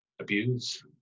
Abuse